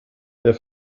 der